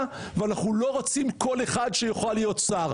ואנחנו לא רוצים שכל אחד יוכל להיות שר.